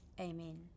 Amen